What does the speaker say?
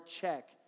check